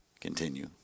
Continue